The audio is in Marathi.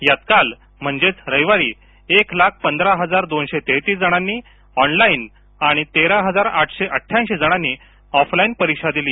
यात काल म्हणजेच रविवारी एक लाख पंधरा हजार दोनशे तेहतीस जणांनी ऑनलाईन आणि तेरा हजार आठशे अठ्याऐंशी जणांनी ऑफ लाईन परीक्षा दिली